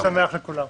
חג שמח לכולם.